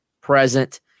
present